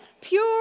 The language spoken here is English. pure